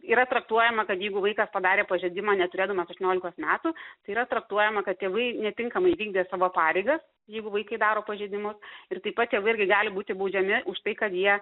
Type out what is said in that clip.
yra traktuojama kad jeigu vaikas padarė pažeidimą neturėdamas aštuoniolikos metų tai yra traktuojama kad tėvai netinkamai vykdė savo pareigas jeigu vaikai daro pažeidimus ir taip pat tėvai irgi gali būti baudžiami už tai kad jie